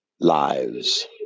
Lives